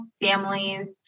families